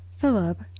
Philip